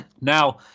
Now